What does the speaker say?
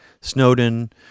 Snowden